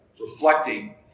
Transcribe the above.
reflecting